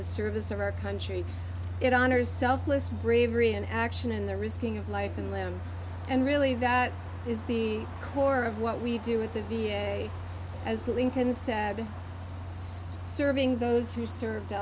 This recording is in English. the service of our country it honors selfless bravery in action in the risking of life and limb and really that is the core of what we do with the v a as lincoln said serving those who served